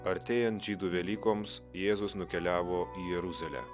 artėjant žydų velykoms jėzus nukeliavo į jeruzalę